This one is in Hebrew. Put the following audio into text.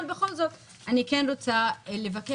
אבל בכל זאת אני כן רוצה לבקש